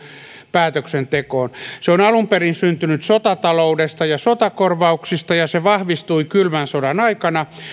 päätöksentekoon se on alun perin syntynyt sotataloudesta ja sotakorvauksista ja se vahvistui kylmän sodan aikana